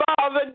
Father